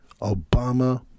Obama